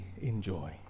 enjoy